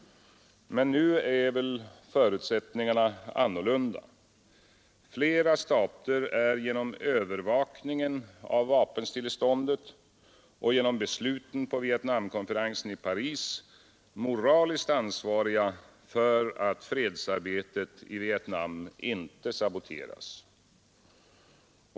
Men nu är väl förutsättningarna annorlunda; flera stater är genom övervakningen av vapenstilleståndet och genom besluten på Vietnamkonferensen i Paris moraliskt ansvariga för att fredsarbetet i Vietnam inte saboteras.